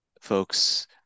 folks